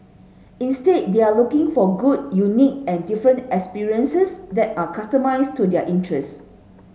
instead they are looking for good unique and different experiences that are customised to their interests